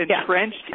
entrenched